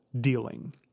dealing